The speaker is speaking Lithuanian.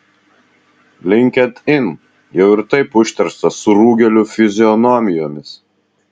linkedin jau ir taip užterštas surūgėlių fizionomijomis